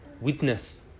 witness